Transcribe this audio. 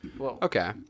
okay